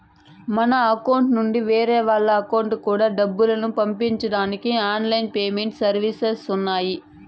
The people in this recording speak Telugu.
మన అకౌంట్ నుండి వేరే వాళ్ళ అకౌంట్ కూడా డబ్బులు పంపించడానికి ఆన్ లైన్ పేమెంట్ సర్వీసెస్ ఉన్నాయి